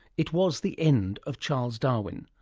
it was the end of charles darwin.